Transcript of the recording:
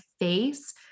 face